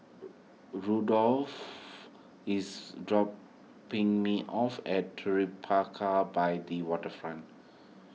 Rudolfo is dropping me off at Tribeca by the Waterfront